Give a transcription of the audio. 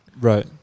Right